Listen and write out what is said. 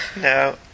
No